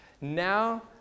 now